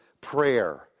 prayer